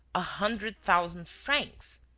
a hundred thousand francs!